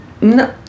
No